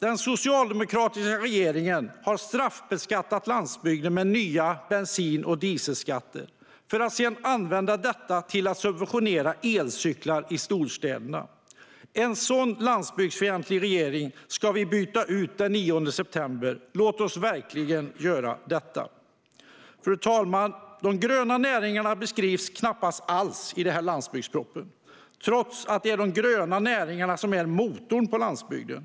Den socialdemokratiska regeringen har straffbeskattat landsbygden med nya bensin och dieselskatter för att sedan använda dessa till att subventionera elcyklar i storstäderna. En sådan landsbygdsfientlig regering ska vi byta ut den 9 september. Låt oss verkligen göra detta. Fru talman! De gröna näringarna beskrivs knappast alls i landsbygdspropositionen trots att det är de gröna näringarna som är motorn på landsbygden.